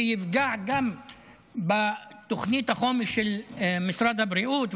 שיפגע גם בתוכנית החומש של משרד הבריאות,